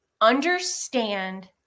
understand